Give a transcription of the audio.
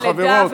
וחברות.